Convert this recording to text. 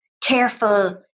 careful